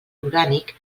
orgànic